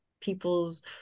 people's